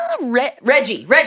Reggie